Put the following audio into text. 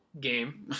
game